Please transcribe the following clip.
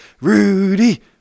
Rudy